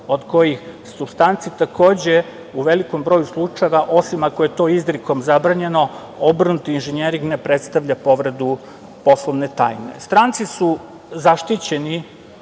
od kojih supstanci, takođe u velikom broju slučajeva, osim ako je to izrekom zabranjeno, ne predstavlja povredu poslovne tajne. Stranci su zaštićeni